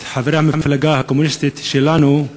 את חבר המפלגה הקומוניסטית שלנו,